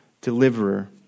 deliverer